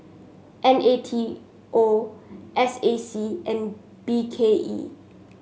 N A T O S A C and B K E